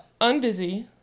Unbusy